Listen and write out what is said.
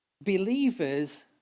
believers